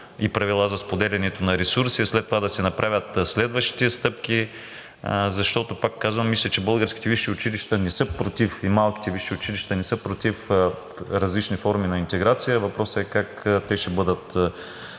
и правила за споделянето на ресурси, а след това да се направят следващите стъпки, защото, пак казвам, мисля, че българските висши училища и малките висши училища не са против различни форми на интеграция. Въпросът е как те ще бъдат